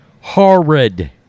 Horrid